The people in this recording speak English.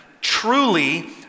truly